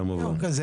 כמובן,